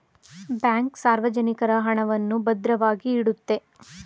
bank ಸಾರ್ವಜನಿಕರ ಹಣವನ್ನು ಭದ್ರವಾಗಿ ಇಡುತ್ತೆ